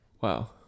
Wow